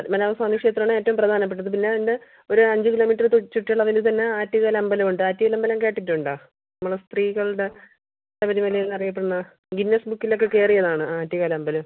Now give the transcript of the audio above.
പത്മനാഭസ്വാമി ക്ഷേത്രമാണ് ഏറ്റവും പ്രധാനപ്പെട്ടത് പിന്നെ അതിൻ്റെ ഒരഞ്ച് കിലോമീറ്റർ ചുറ്റളവിൽ തന്നെ ആറ്റുകാൽ അമ്പലമുണ്ട് ആറ്റുകാൽ അമ്പലം കേട്ടിട്ടുണ്ടോ നമ്മള് സ്ത്രീകളുടെ ശബരിമല എന്ന് അറിയപ്പെടുന്ന ഗിന്നസ് ബുക്കിലൊക്കെ കയറിയതാണ് ആറ്റുകാൽ അമ്പലം